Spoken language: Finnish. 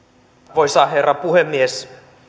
arvoisa herra puhemies